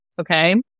okay